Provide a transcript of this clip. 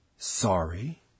Sorry